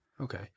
Okay